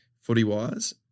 Footy-wise